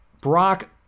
Brock